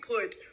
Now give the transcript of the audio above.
put